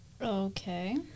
Okay